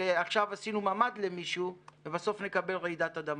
שעכשיו עשינו ממ"ד למישהו ובסוף נקבל רעידת אדמה.